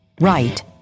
right